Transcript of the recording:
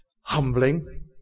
humbling